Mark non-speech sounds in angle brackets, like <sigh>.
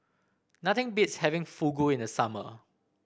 nothing <noise> beats having Fugu in the summer